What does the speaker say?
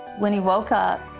when he woke up,